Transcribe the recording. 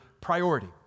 priority